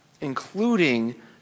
including